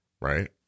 right